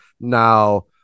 now